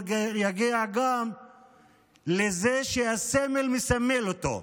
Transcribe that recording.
הוא יגיע גם לזה שהסמל מסמל אותו,